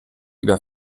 über